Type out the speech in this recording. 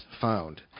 found